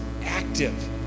active